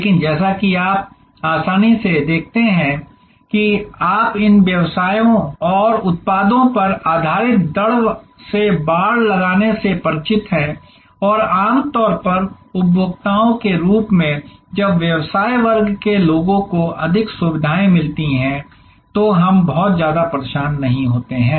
और जैसा कि आप आसानी से देखते हैं कि आप इन उत्पादों पर आधारित दर से बाड़ लगाने से परिचित हैं और आमतौर पर उपभोक्ताओं के रूप में जब व्यवसाय वर्ग के लोगों को अधिक सुविधाएं मिलती हैं तो हम बहुत ज्यादा परेशान नहीं होते हैं